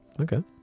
Okay